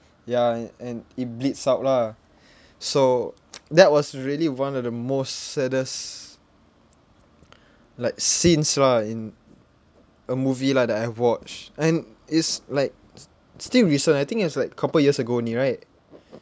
ya a~ and it bleeds out lah so that was really one of the most saddest like scenes lah in a movie lah that I've watched and it's like st~ still recent I think it was like couple of years ago only right